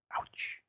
Ouch